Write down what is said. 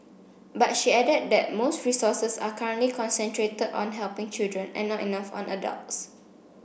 but she added that most resources are currently concentrated on helping children and not enough on adults